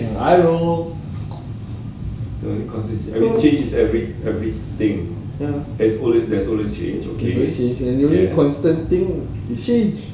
I know ya the only constant thing is change